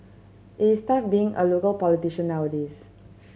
it is tough being a local politician nowadays